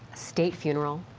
state funeral.